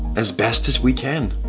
as best as we can.